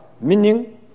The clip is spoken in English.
Meaning